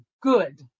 good